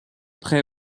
prêts